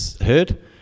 heard